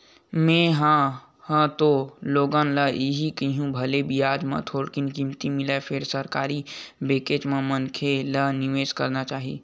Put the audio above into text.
में हा ह तो लोगन ल इही कहिहूँ भले बियाज ह थोरकिन कमती मिलय फेर सरकारी बेंकेच म मनखे ल निवेस करना चाही